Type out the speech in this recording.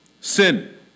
sin